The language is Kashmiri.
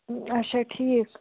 اَچھا ٹھیٖک